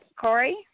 Corey